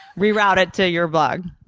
reroute it to your blog.